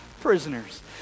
prisoners